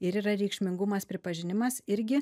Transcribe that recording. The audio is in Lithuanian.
ir yra reikšmingumas pripažinimas irgi